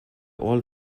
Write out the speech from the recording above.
all